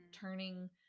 turning